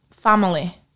Family